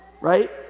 right